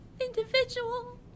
Individual